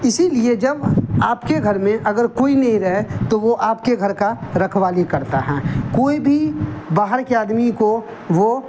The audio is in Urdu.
اسی لیے جب آپ کے گھر میں اگر کوئی نہیں رہے تو وہ آپ کے گھر کا رکھوالی کرتا ہے کوئی بھی باہر کے آدمی کو وہ